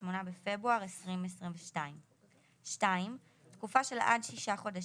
(28 בפברואר 2022); (2)תקופה של עד שישה חודשים,